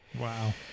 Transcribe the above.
wow